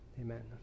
Amen